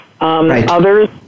Others